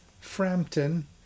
Frampton